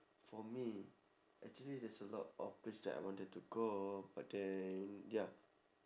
for me actually there's a lot of place that I wanted to go but then ya